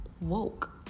woke